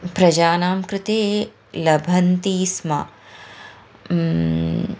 प्रजानां कृते लभन्ति स्म